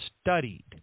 studied